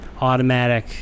automatic